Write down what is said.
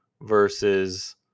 versus